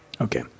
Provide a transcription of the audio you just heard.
Okay